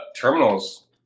terminals